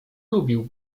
lubił